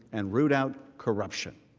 and root out corruption.